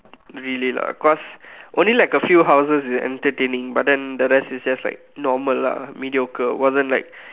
really lah because only like a few houses is entertaining but then the rest is just like normal lah mediocre wasn't like